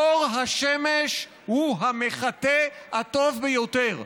אור השמש הוא המחטא הטוב ביותר.